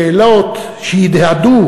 השאלות שהדהדו